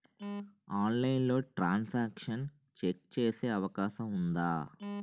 ఆన్లైన్లో transaction check చేసే అవకాశం ఉందా?